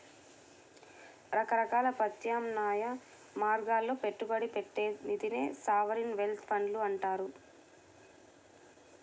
రకరకాల ప్రత్యామ్నాయ మార్గాల్లో పెట్టుబడి పెట్టే నిధినే సావరీన్ వెల్త్ ఫండ్లు అంటారు